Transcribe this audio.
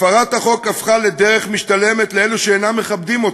הפרת החוק הפכה לדרך משתלמת לאלו שאינם מכבדים אותו,